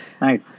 nice